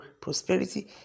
prosperity